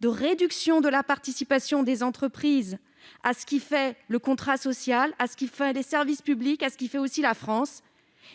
la réduction de la participation des entreprises à ce qui fait le contrat social, à ce qui fait nos services publics, à ce qui fait aussi la France.